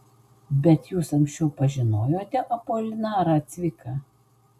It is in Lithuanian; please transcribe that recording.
bet jūs anksčiau pažinojote apolinarą cviką